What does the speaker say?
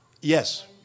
Yes